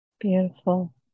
Beautiful